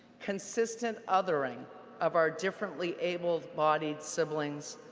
consistent othering of our differently able-bodied siblings,